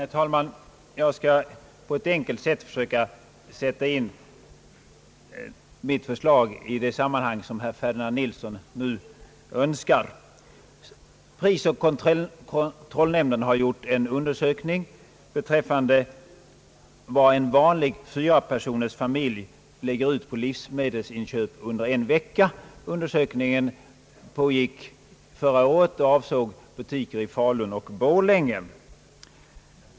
Herr talman! Jag skall försöka att på ett enkelt vis sätta in mitt förslag i det sammanhang som herr Ferdinand Nilsson nu önskar. Prisoch kartellnämnden har gjort en undersökning om vad en vanlig familj på fyra personer ger ut till livsmedelsinköp under en vecka. Undersökningen pågick förra året och avsåg butiker i Falun och Borlänge.